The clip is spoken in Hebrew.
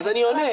אז אני עונה.